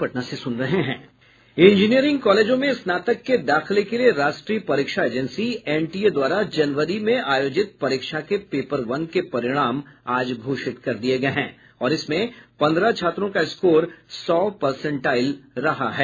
engineering कॉलेजों में स्नातक के दाखिले के लिए राष्ट्रीय परीक्षा एजेंसी एनटीए द्वारा जनवरी में आयोजित परीक्षा के पेपर वन के परिणाम आज घोषित कर दिये गये हैं और इसमें पन्द्रह छात्रों का स्कोर सौ पर्सेंटाइल रहा है